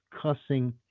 cussing